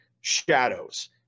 shadows